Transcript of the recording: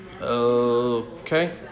Okay